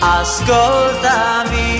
ascoltami